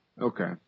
Okay